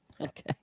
okay